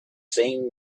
saying